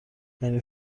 یعنی